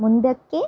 ಮುಂದಕ್ಕೆ